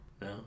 No